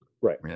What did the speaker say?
Right